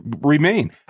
remain